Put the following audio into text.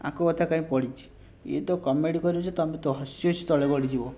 ଆଙ୍କ କଥା କାଇଁ ପଡ଼ିଛି ଇଏ ତ କମେଡ଼ି କରୁଛି ଯେ ତୁମେ ତ ହସିହସି ତଳେ ଗଡ଼ିଯିବ